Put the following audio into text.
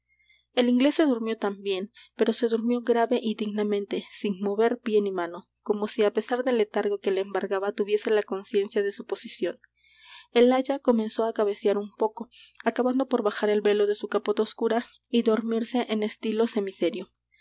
el inglés se durmió también pero se durmió grave y dignamente sin mover pie ni mano como si á pesar del letargo que le embargaba tuviese la conciencia de su posición el aya comenzó á cabecear un poco acabando por bajar el velo de su capota oscura y dormirse en estilo